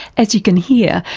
as you can hear,